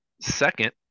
Second